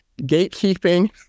gatekeeping